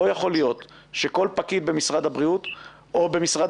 לא יכול להיות שכל פקיד במשרד הבריאות או במשרד